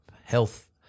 health